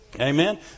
Amen